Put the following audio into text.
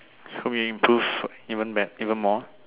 hope you improve even bet~ even more